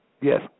yes